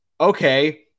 okay